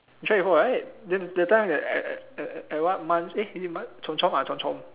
you try before right that that time at at at at what mun~ eh is it mun~ chomp chomp ah chomp chomp